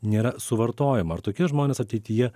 nėra suvartojama ar tokie žmonės ateityje